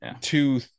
two